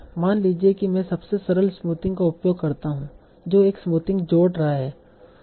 मान लीजिए कि मैं सबसे सरल स्मूथिंग का उपयोग करता हूं जो एक स्मूथिंग जोड़ रहा है